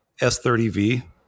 S30V